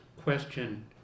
question